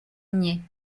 niais